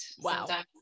wow